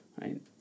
Right